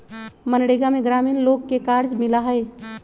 मनरेगा में ग्रामीण लोग के कार्य मिला हई